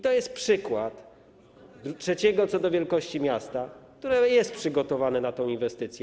To jest przykład trzeciego co do wielkości miasta, które jest przygotowane na tę inwestycję.